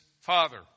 Father